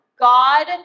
God